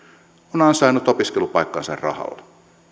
on ansainnut opiskelupaikkansa rahalla